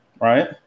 Right